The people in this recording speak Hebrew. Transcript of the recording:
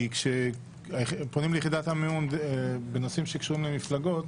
כי כשפונים ליחידת המימון בנושאים שקשורים למפלגות,